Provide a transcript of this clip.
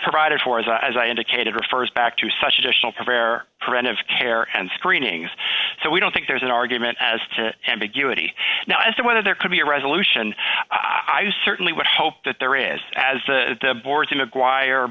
provided for is as i indicated refers back to such additional care preventive care and screenings so we don't think there's an argument as to ambiguity now as to whether there could be a resolution i certainly would hope that there is as the board's mcguire